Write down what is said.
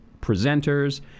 presenters